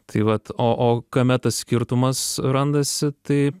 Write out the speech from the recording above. tai vat o o kame tas skirtumas randasi tai